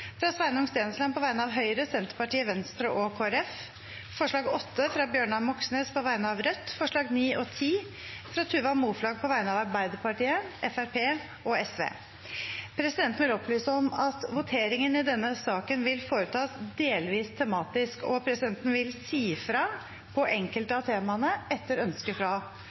fra Sveinung Stensland på vegne av Høyre, Senterpartiet, Venstre og Kristelig Folkeparti forslag nr. 8, fra Bjørnar Moxnes på vegne av Rødt forslagene nr. 9 og 10, fra Tuva Moflag på vegne av Arbeiderpartiet, Fremskrittspartiet og Sosialistisk Venstreparti Presidenten vil opplyse om at voteringen i denne saken vil foretas delvis tematisk, og etter ønske fra komiteen vil presidenten si fra på enkelte av temaene.